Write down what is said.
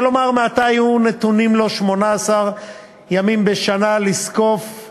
כלומר מעתה יהיו נתונים לו 18 ימים בשנה לזקוף על